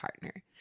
partner